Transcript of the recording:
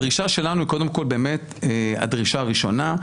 הדרישה שלנו היא קודם כל באמת הדרישה הראשונה,